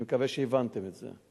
אני מקווה שהבנתם את זה.